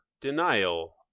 denial